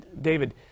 David